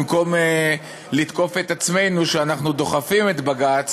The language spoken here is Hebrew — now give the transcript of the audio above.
במקום לתקוף את עצמנו שאנחנו דוחפים את בג"ץ